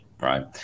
Right